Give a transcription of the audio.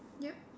yup